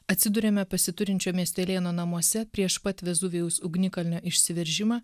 atsiduriame pasiturinčio miestelėno namuose prieš pat vezuvijaus ugnikalnio išsiveržimą